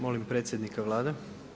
Molim predsjednika Vlade.